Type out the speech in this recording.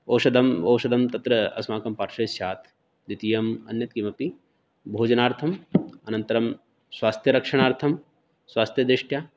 औषधम् औषधं तत्र अस्माकं पार्श्वे स्यात् द्वितीयम् अन्यत् किमपि भोजनार्थम् अनन्तरं स्वास्थ्यरक्षणार्थं स्वास्थ्यदृष्ट्या